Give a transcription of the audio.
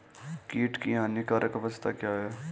कीट की हानिकारक अवस्था क्या है?